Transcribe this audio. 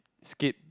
skip